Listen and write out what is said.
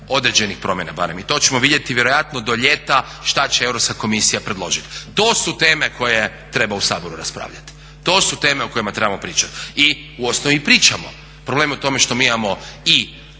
određenih promjena barem. I to ćemo vidjeti vjerojatno do ljeta šta će Europska komisija predložiti. To su teme koje treba u Saboru raspravljati, to su teme o kojima trebamo pričati. I u osnovi i pričamo. Problem je u tome što mi imamo i